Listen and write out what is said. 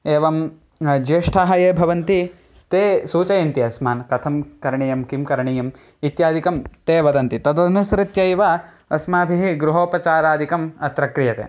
एवं ज्येष्ठाः ये भवन्ति ते सूचयन्ति अस्मान् कथं करणीयं किं करणीयम् इत्यादिकं ते वदन्ति तदनुसृत्यैव अस्माभिः गृहोपचारादिकम् अत्र क्रियते